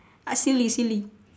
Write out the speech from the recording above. uh silly silly